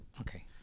Okay